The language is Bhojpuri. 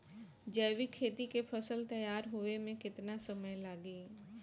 जैविक खेती के फसल तैयार होए मे केतना समय लागी?